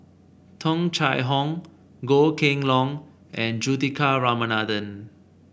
Tung Chye Hong Goh Kheng Long and Juthika Ramanathan